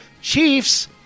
Chiefs